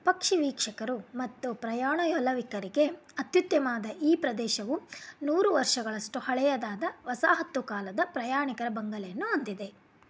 ಪಕ್ಷಿವೀಕ್ಷಕರು ಮತ್ತು ಪ್ರಯಾಣವೊಲವಿಕರಿಗೆ ಅತ್ಯುತ್ತಮವಾದ ಈ ಪ್ರದೇಶವು ನೂರು ವರ್ಷಗಳಷ್ಟು ಹಳೆಯದಾದ ವಸಾಹತು ಕಾಲದ ಪ್ರಯಾಣಿಕರ ಬಂಗಲೆಯನ್ನು ಹೊಂದಿದೆ